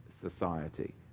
society